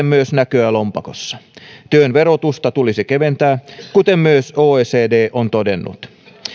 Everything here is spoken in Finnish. myös näkyä lompakossa työn verotusta tulisi keventää kuten myös oecd on todennut